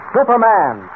Superman